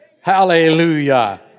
Hallelujah